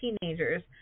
teenagers